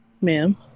Ma'am